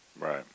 Right